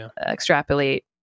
extrapolate